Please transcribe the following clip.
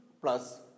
plus